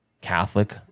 catholic